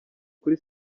kuri